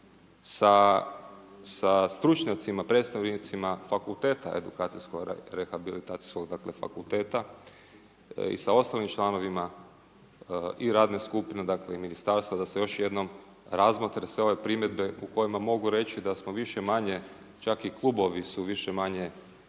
sa stručnjacima, predstavnicima fakulteta edukacijsko rehabilitacijskog dakle fakulteta i sa ostalim članovima i radne skupine, dakle i ministarstva da se još jednom razmotre sve ove primjedbe u kojima mogu reći da smo više-manje čak i klubovi su više-manje,